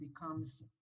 becomes